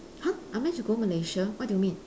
!huh! unless you go malaysia what do you mean